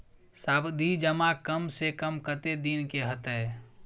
सावधि जमा कम से कम कत्ते दिन के हते?